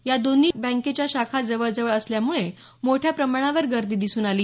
या दोन्ही बँकेच्या शाखा जवळजवळ असल्यामुळे मोठ्या प्रमाणावर गर्दी दिसून आली